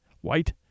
white